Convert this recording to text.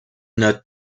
note